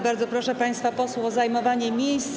Bardzo proszę państwa posłów o zajmowanie miejsc.